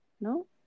no